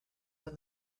when